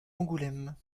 angoulême